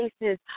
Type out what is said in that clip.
places